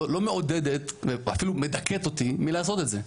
לא מעודדת אפילו מדכאת אותי מלעשות את זה,